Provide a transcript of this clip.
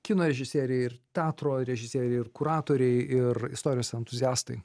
kino režisieriai ir teatro režisieriai ir kuratoriai ir istorijos entuziastai